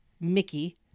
Mickey